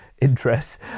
interests